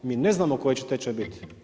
Mi ne znamo koji će tečaj biti.